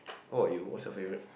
how about you what's your favourite